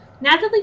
Natalie